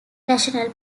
national